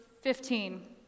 Fifteen